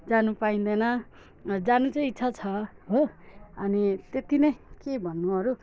जानु पाइँदैन जानु चाहिँ इच्छा छ हो अनि त्यत्ति नै के भन्नु अरू